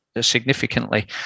significantly